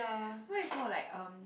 mine is more like um